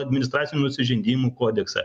administracinių nusižengimų kodeksą